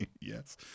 yes